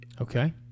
Okay